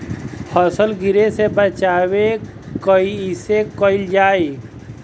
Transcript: फसल गिरे से बचावा कैईसे कईल जाई?